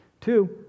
Two